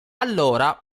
allora